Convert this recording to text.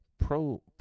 Pro